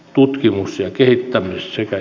tutkimus ja kehittämisyhtiön